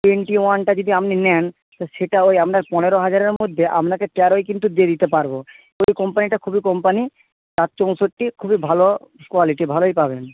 twenty ওয়ানটা যদি আপনি নেন তো সেটা ওই আপনার পনেরো হাজারের মধ্যে আপনাকে তেরোয় কিন্তু দিয়ে দিতে পারব ওই কোম্পানিটা খুবই কোম্পানি চৌষট্টি খুবই ভালো কোয়ালিটি ভালোই পাবেন